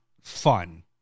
fun